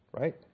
Right